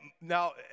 Now